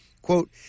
Quote